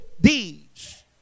deeds